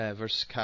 versus